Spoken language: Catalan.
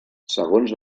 segons